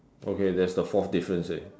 okay that's the fourth difference already